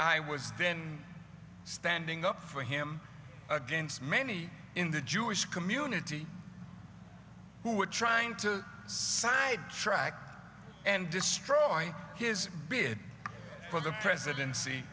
i was then standing up for him against many in the jewish community who were trying to side track and destroy his bid for the presidency